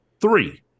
three